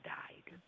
died